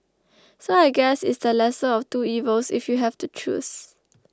so I guess it's the lesser of two evils if you have to choose